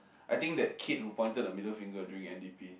I think that kid who pointed the middle finger during n_d_p